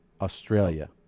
Australia